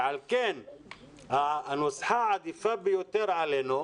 לכן הנוסחה העדיפה ביותר עלינו,